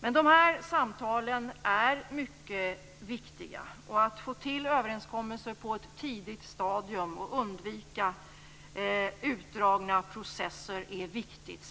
Dessa samtal är mycket viktiga. Att få till överenskommelser på ett tidigt stadium och undvika utdragna processer är viktigt.